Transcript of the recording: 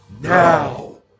now